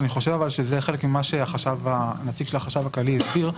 אני חושב שזה מה שהנציג של החשב הכללי הסביר,